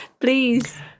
please